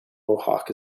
mohawk